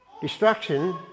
Destruction